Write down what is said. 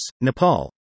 Nepal